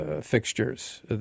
fixtures